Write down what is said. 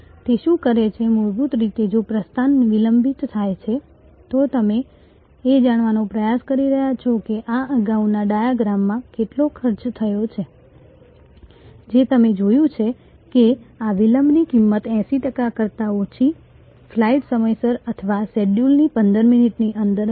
તે શું કરે છે મૂળભૂત રીતે જો પ્રસ્થાન વિલંબિત થાય છે તો તમે એ જાણવાનો પ્રયાસ કરી રહ્યા છો કે આ અગાઉના ડાયાગ્રામમાં કેટલો ખર્ચ થયો છે સમયનો સંદર્ભ લો 0943 જે અમે જોયું છે કે આ વિલંબની કિંમત 80 ટકા કરતાં ઓછી ફ્લાઈટ્સ સમયસર અથવા શેડ્યૂલની 15 મિનિટની અંદર હતી